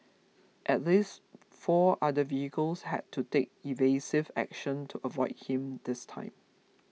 at least four other vehicles had to take evasive action to avoid him this time